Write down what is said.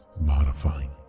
modifying